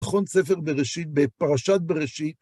נכון ספר בראשית, בפרשת בראשית.